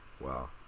Wow